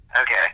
Okay